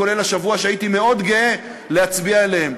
כולל השבוע, שהייתי מאוד גאה להצביע עליהם.